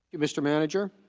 mr. manager